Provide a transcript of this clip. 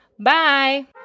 Bye